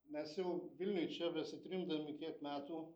mes jau vilniuj čia besitrindami kiek metų